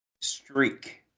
Streak